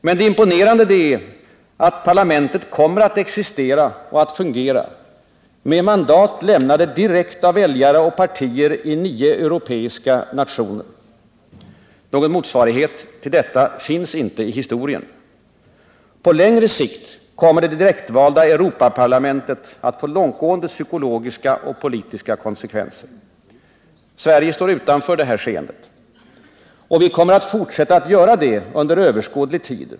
Men det imponerande är att parlamentet kommer att existera och fungera med mandat lämnade direkt av väljare och partier i nio europeiska nationer. Någon motsvarighet till detta finns inte i historien. På längre sikt kommer det direktvalda Europaparlamentet att få långtgående psykologiska och politiska konsekvenser. Sverige står utanför detta skeende. Och vi kommer att fortsätta att göra det under överskådlig tid.